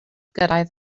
gyrraedd